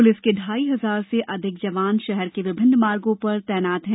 police के ढ़ाई हजार से अधिक जवान शहर के विभिन्न मार्गो पर तैनात हैं